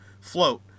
float